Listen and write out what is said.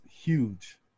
huge